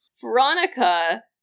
Veronica